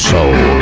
Soul